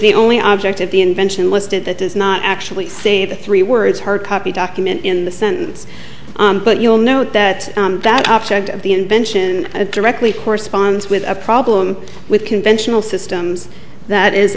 the only object of the invention listed that does not actually say the three words hard copy document in the sentence but you'll note that that object of the invention directly corresponds with a problem with conventional systems that is